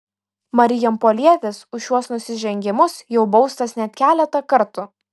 marijampolietis už šiuos nusižengimus jau baustas net keletą kartų